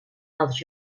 als